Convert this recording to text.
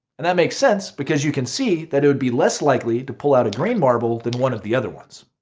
and that makes sense because you can see that it would be less likely to pull out a green marble than one of the other ones.